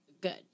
good